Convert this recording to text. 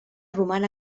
roman